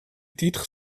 titres